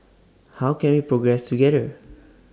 how can we progress together